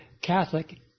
Catholic